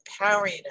empowering